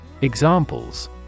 Examples